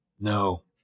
No